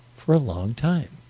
for a long time.